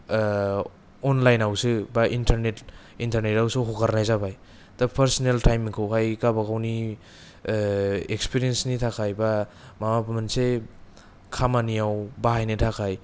अनलाइनावसो बा इन्टारनेत इन्टार्नेतावसो हगारनाय जाबाय दा पार्सनेल टाईमखौहाय गावबा गावनि एक्सपिरियेन्सनि थाखाय एबा माबा मोनसे खामानियाव बाहायनो थाखाय